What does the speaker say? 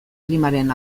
klimaren